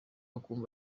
akumva